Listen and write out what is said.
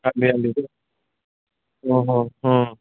ਹਾਂਜੀ ਹਾਂਜੀ ਸਰ ਹੂੰ ਹੂੰ ਹੂੰ